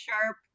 sharp